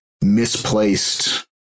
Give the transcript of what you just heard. misplaced